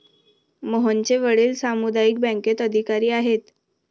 मोहनचे वडील सामुदायिक बँकेत अधिकारी आहेत